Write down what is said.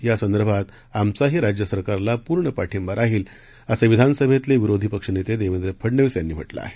या संदर्भात आमचाही राज्य सरकारला पूर्ण पाठिंबा राहील असं विधानसभेतले विरोधीपक्ष नेते देवेंद्र फडनवीस यांनी म्हटलं आहे